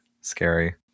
scary